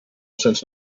cents